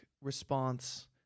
response